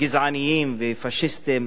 גזעניים ופאשיסטיים